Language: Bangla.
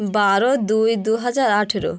বারো দুই দু হাজার আঠেরো